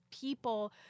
people